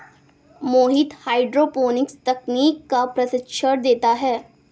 मोहित hydroponics तकनीक का प्रशिक्षण देता है